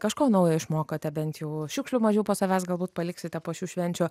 kažko naujo išmokote bent jau šiukšlių mažiau po savęs galbūt paliksite po šių švenčių